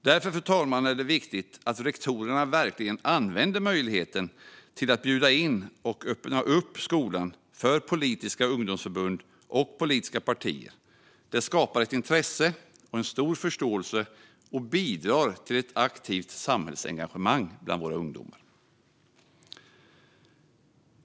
Därför är det viktigt att rektorer verkligen utnyttjar möjligheten till att bjuda in och öppna upp skolan för politiska ungdomsförbund och partier. Det skapar intresse och stor förståelse och bidrar till ett aktivt samhällsengagemang bland våra ungdomar.